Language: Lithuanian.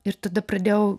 ir tada pradėjau